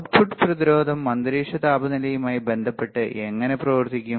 output പ്രതിരോധം അന്തരീക്ഷ താപനിലയുമായി ബന്ധപ്പെട്ട് എങ്ങനെ പ്രവർത്തിക്കും